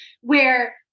where-